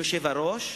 היושב-ראש,